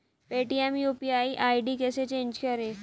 Paytm UPI ID कैसे change करें?